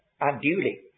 unduly